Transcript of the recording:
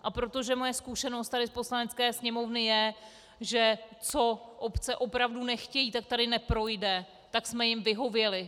A protože moje zkušenost tady v Poslanecké sněmovně je, že co obce opravdu nechtějí, tak tady neprojde, tak jsme jim vyhověli.